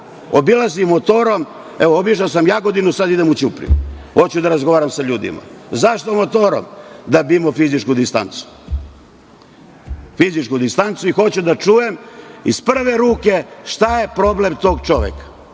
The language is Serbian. obilazim motorom. Evo, obišao sam Jagodinu sada idem u Ćupriju, hoću da razgovaram sa ljudima. Zašto motorom? Da bi imao fizičku distancu i hoću da čujem iz prve ruke šta je problem tog čoveka.